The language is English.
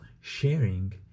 sharing